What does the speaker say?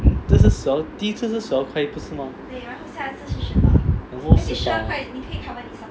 这是十第一次是十二块不是吗 confirm 十八